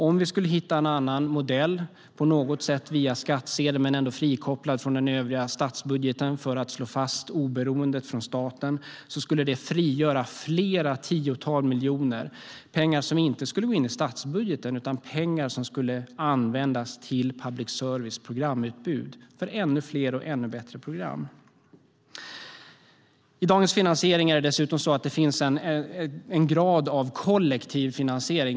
Om vi skulle hitta en annan modell via skattsedeln men ändå frikopplad från den övriga statsbudgeten, för att slå fast oberoendet från staten, skulle det frigöra flera tiotals miljoner - pengar som inte skulle gå in i statsbudgeten utan pengar som skulle användas till public services programutbud för ännu fler och ännu bättre program. I dagens finansiering finns det dessutom en grad av kollektiv finansiering.